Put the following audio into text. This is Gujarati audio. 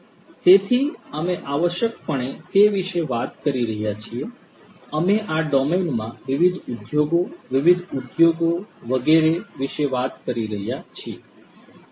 તેથી અમે આવશ્યકપણે તે વિશે વાત કરી રહ્યા છીએ અમે આ ડોમેનમાં વિવિધ ઉદ્યોગો વિવિધ ઉદ્યોગો વગેરે વિશે વાત કરી રહ્યા છીએ